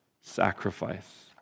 sacrifice